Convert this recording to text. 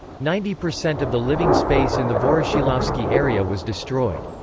ninety percent of the living space in the voroshilovskiy area was destroyed.